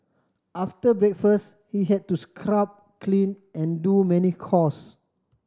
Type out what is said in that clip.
after breakfast he had to scrub clean and do many chores